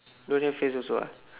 don't have face also ah